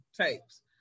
tapes